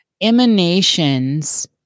emanations